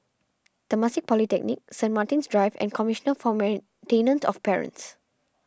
Temasek Polytechnic Saint Martin's Drive and Commissioner for Maintenance of Parents